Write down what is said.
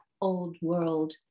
old-world